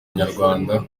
inyarwanda